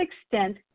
extent